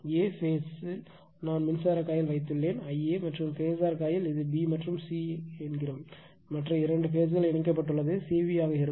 a பேஸ்ல் நான் மின்சார காயில் வைத்துள்ளேன் Ia மற்றும் phasor காயில் இது b மற்றும் c எனப்படும் மற்ற இரண்டு பேஸ்ல் இணைக்கப்பட்டுள்ளது C V ஆக இருக்கும்